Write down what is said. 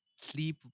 sleep